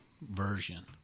version